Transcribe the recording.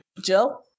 jill